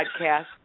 podcast